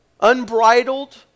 unbridled